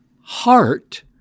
heart